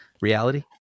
reality